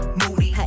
moody